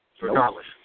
regardless